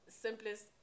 simplest